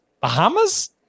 Bahamas